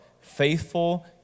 faithful